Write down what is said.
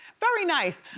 very nice.